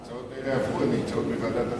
ההצעות האלה עברו, הן נמצאות בוועדת הפנים.